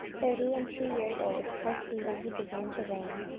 thirty and two years old was he when he began to reign,